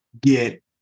get